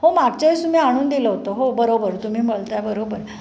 हो मागच्या वेळेस तुम्ही आणून दिलं होतं हो बरोबर तुम्ही मला त्याबरोबर